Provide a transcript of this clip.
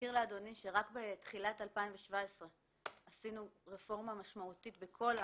אזכיר לאדוני שרק בתחילת שנת 2017 עשינו רפורמה משמעותית בכל האגרות,